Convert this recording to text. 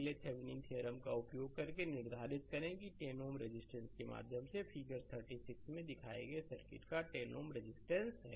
अगले Thevenin theorem का उपयोग करके निर्धारित करें कि10 Ω रेजिस्टेंस के माध्यम से फिगर 36 में दिखाए गए सर्किट का10 Ω रेजिस्टेंस है